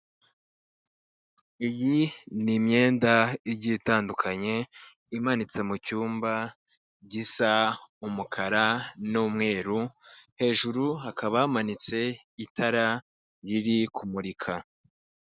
Iyi ni imyenda igiye itandukanye imanitse mu cyumba gisa umukara n'umweru, hejuru hakaba hamanitse itara riri kumurika.